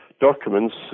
documents